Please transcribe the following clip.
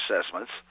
assessments